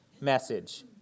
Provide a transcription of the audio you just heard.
message